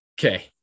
okay